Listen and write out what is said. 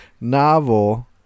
novel